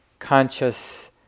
conscious